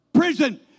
prison